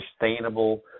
sustainable